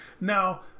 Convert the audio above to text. now